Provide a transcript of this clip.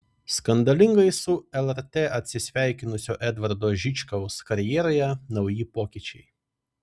skandalingai su lrt atsisveikinusio edvardo žičkaus karjeroje nauji pokyčiai